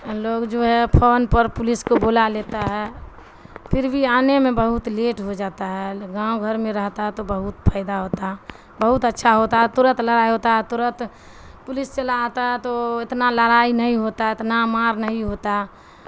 لوگ جو ہے فون پر پولیس کو بلا لیتا ہے پھر بھی آنے میں بہت لیٹ ہو جاتا ہے گاؤں گھر میں رہتا ہے تو بہت فائدہ ہوتا ہے بہت اچھا ہوتا ہے ترت لڑائی ہوتا ہے ترت پولیس چلا آتا ہے تو اتنا لڑائی نہیں ہوتا اتنا مار نہیں ہوتا